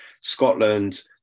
Scotland